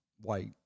white